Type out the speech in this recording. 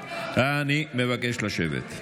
אני מבקש לשבת.